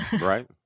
Right